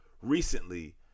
recently